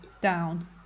down